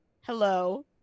hello